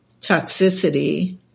toxicity